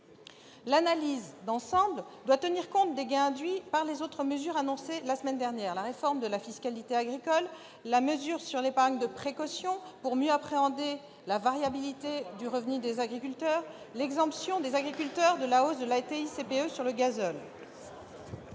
L'analyse d'ensemble doit tenir compte des gains induits par les autres mesures annoncées la semaine dernière : la réforme de la fiscalité agricole ; la mesure relative à l'épargne de précaution, permettant de mieux appréhender la variabilité du revenu des agriculteurs ; l'exemption des agriculteurs de la hausse de la TICPE, la taxe